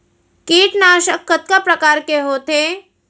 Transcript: कीटनाशक कतका प्रकार के होथे?